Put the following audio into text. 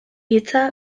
hitza